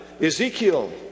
Ezekiel